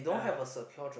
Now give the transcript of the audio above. ah